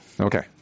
Okay